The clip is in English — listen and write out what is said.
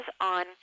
on